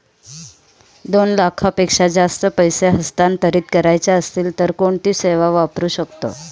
दोन लाखांपेक्षा जास्त पैसे हस्तांतरित करायचे असतील तर कोणती सेवा वापरू शकतो?